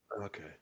Okay